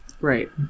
Right